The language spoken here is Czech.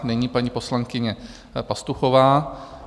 Nyní paní poslankyně Pastuchová.